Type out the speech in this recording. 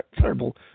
terrible